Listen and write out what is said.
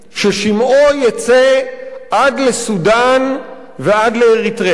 ששמעו יצא עד לסודן ועד לאריתריאה,